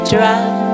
Drop